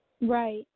Right